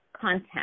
content